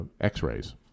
x-rays